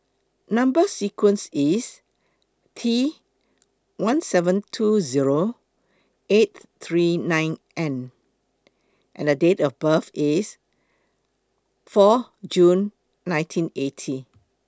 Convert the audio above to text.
Number sequence IS T one seven two Zero eight three nine N and Date of birth IS four June nineteen eighty